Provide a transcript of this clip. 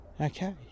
okay